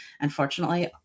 Unfortunately